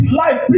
life